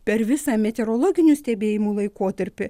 per visą meteorologinių stebėjimų laikotarpį